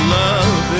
love